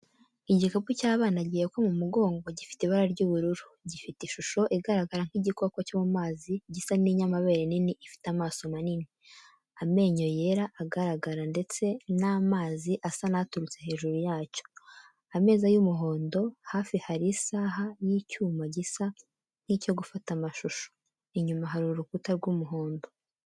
Igikapu cy'abana gihekwa ku mugongo gifite ibara ry’ubururu, gifite ishusho igaragara nk’igikoko cyo mu mazi, gisa n’inyamabere nini ifite amaso manini, amenyo yera agaragara ndetse n’amazi asa n’aturutse hejuru yacyo. Ameza y’umuhondo, hafi hari isaha y’icyuma gisa nk’icyo gufata amashusho. Inyuma hari urukuta rw’umuhondo.